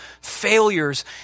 failures